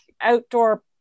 outdoor